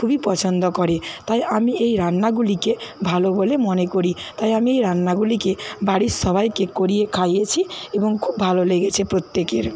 খুবই পছন্দ করে তাই আমি এই রান্নাগুলিকে ভালো বলে মনে করি তাই আমি এই রান্নাগুলিকে বাড়ির সবাইকে করিয়ে খাইয়েছি এবং খুব ভালো লেগেছে প্রত্যেকের